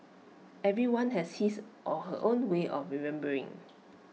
everyone has his or her own way of remembering